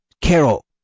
Carol